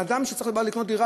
אדם שבא לקנות דירה,